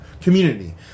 community